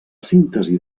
síntesi